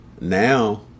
now